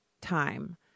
time